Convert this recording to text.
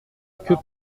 que